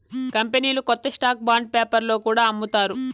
కంపెనీలు కొత్త stock bond పేపర్లో కూడా అమ్ముతారు